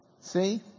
See